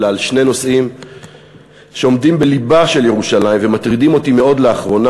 אלא על שני נושאים שעומדים בלבה של ירושלים ומטרידים אותי מאוד לאחרונה,